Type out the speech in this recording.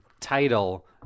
title